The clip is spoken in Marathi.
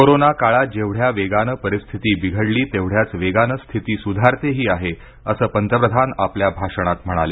कोरोना काळात जेवढ्या वेगानं परिस्थिती बिघडली तेवढ्याच वेगानं स्थिती सुधारतेही आहे असं पंतप्रधान आपल्या भाषणात म्हणाले